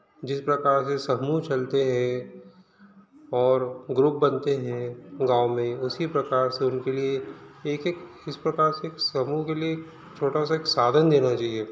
जिस प्रकार से समूह चलते हैं और ग्रूप बनते हें गांव में उसी प्रकार से उनके लिए एक एक इस प्रकार से समूह के लिए छोटा सा एक साधन देना चाहिए